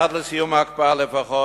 עד לסיום ההקפאה לפחות,